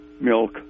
milk